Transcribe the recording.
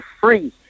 free